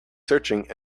searching